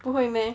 不会 meh